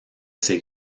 ces